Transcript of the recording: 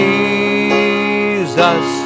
Jesus